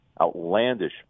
outlandish